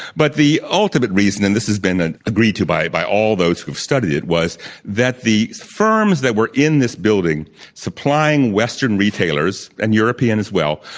but the ultimate reason and this has been ah agreed to by by all those who've studied it was that the firms that were in this building supplying western retailers, and european as well,